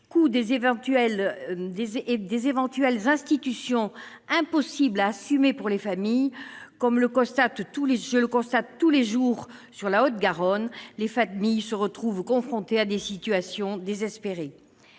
coût des éventuelles institutions impossible à assumer pour les familles, comme je le constate tous les jours en Haute-Garonne. Les familles qui se retrouvent confrontées à ces situations sont désespérées.